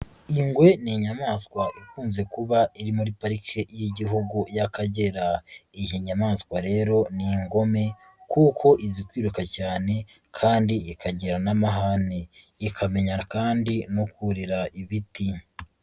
Ingwe ni inyamaswa ikunze kuba iri muri Parike y'Igihugu y'Akagera, iyi nyamaswa rero ni ingome kuko izi kwiruka cyane kandi ikagira n'amahane ikamenya kandi no kurira ibiti.